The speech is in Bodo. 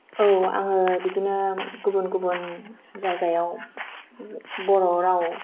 औ आङो बिदिनो गुबुन गुबुन जायगायाव बर' राव